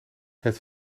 het